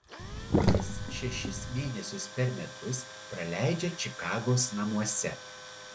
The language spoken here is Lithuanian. jis šešis mėnesius per metus praleidžia čikagos namuose